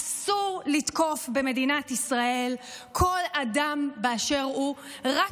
אסור לתקוף במדינת ישראל כל אדם באשר הוא רק